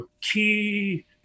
key